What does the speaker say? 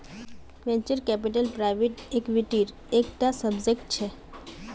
venture capital private इक्विटीर एक टा सबसेट छे